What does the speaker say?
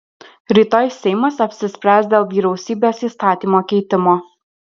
rytoj seimas apsispręs dėl vyriausybės įstatymo keitimo